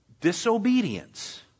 disobedience